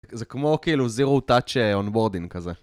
זה כמו כאילו זירו טאצ'ה אונבורדין כזה.